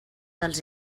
dels